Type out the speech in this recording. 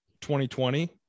2020